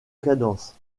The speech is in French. cadence